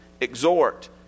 Exhort